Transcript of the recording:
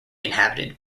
inhabited